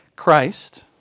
Christ